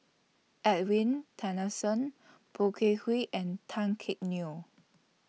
Edwin Poh Kay and Tan Neo